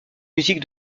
musique